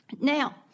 Now